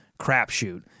crapshoot